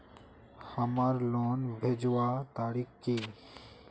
हमार लोन भेजुआ तारीख की?